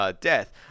death